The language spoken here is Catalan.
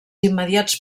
immediats